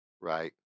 Right